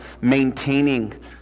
maintaining